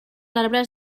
arbres